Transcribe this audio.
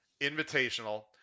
Invitational